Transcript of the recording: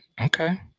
Okay